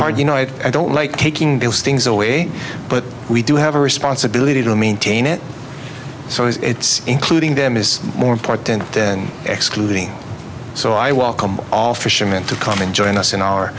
part you know i don't like taking those things away but we do have a responsibility to maintain it so it's including them is more important than excluding so i welcome all fishermen to come and join us in our